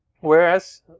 Whereas